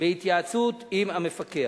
בהתייעצות עם המפקח.